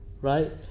Right